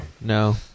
No